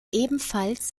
ebenfalls